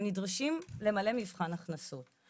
הם נדרשים למלא מבחן הכנסות,